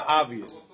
obvious